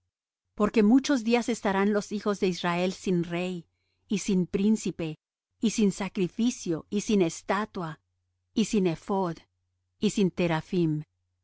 porque muchos días estarán los hijos de israel sin rey y sin príncipe y sin sacrificio y sin estatua y sin ephod y sin teraphim